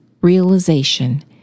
realization